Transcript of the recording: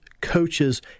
coaches